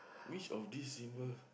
which of these symbol